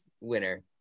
winner